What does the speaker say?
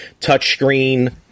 Touchscreen